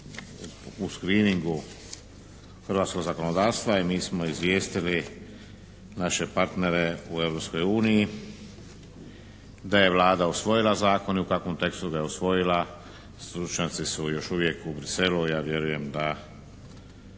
u screeningu hrvatskog zakonodavstva i mi smo izvijestili naše partnere u Europskoj uniji da je Vlada usvojila zakon i u kakvom tekstu ga je usvojila, stručnjaci su još uvijek u Bruxellesu i ja vjerujem da